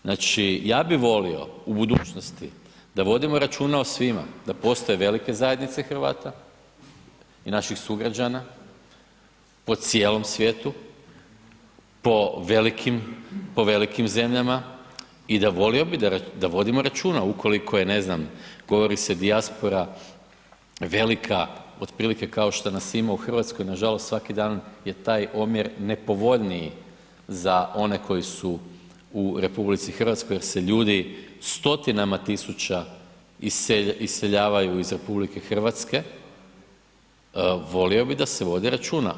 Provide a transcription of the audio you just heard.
Znači, ja bi volio u budućnosti da vodimo računa o svima, da postoje velike zajednice Hrvata i naših sugrađana po cijelom svijetu, po velikim zemljama i volio bi da vodimo računa ukoliko je ne znam govori se dijaspora velika otprilike kao što nas ima u Hrvatskoj, nažalost svaki dan je taj omjer nepovoljniji za one koji su u RH, jer se ljudi stotinama tisuća iseljavaju iz RH, volio bi da se vodi računa.